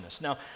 Now